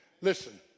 Listen